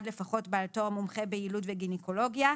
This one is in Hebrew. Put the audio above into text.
לפחות בעל תואר מומחה ביילוד וגינקולוגיה.